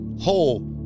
whole